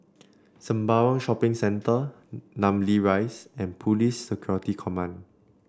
Sembawang Shopping Centre Namly Rise and Police Security Command